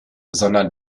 sondern